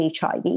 HIV